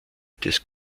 des